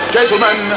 Gentlemen